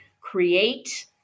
create